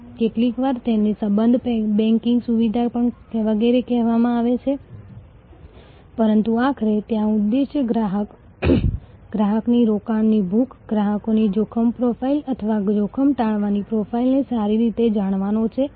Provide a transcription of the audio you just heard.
તમે વાતચીત વાર્તાલાપ અને સંચાર માટે આ તકો બનાવી શકો છો અને આ વાર્તાલાપ અને સંદેશાવ્યવહારનો સતત લૂપ એ સંબંધને જીવંત રાખવાની અને રસપ્રદ રાખવાની રીત છે